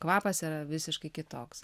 kvapas yra visiškai kitoks